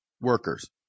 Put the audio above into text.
workers